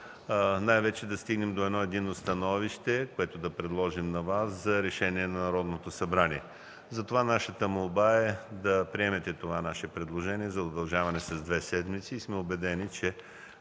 най-вече да стигнем до единно становище, което да предложим на Вас за решение на Народното събрание. Затова молбата ни е да приемете нашето предложение за удължаване с две седмици и сме убедени, че